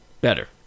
better